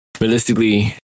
realistically